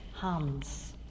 hands